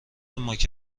مارک